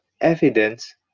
evidence